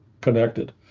connected